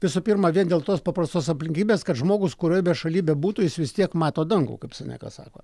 visų pirma vien dėl tos paprastos aplinkybės kad žmogus kurioj bešaly bebūtų jis vis tiek mato dangų kaip seneka sako